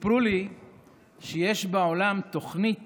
סיפרו לי שיש בעולם תוכנית